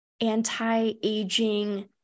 anti-aging